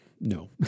no